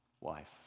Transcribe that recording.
wife